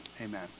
amen